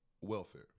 welfare